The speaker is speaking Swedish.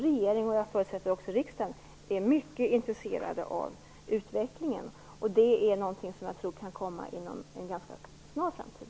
Regeringen och - det förutsätter jag - även riksdagen är naturligtvis mycket intresserade av den utvecklingen. Det är något som jag tror kan komma inom en ganska snar framtid.